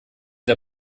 der